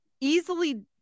easily